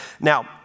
Now